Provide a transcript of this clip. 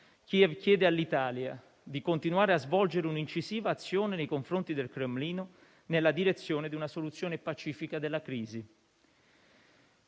Kiev chiede all'Italia di continuare a svolgere un'incisiva azione nei confronti del Cremlino nella direzione di una soluzione pacifica della crisi.